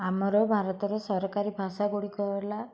ଆମର ଭାରତର ସରକାରୀ ଭାଷାଗୁଡ଼ିକ ହେଲା